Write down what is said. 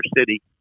city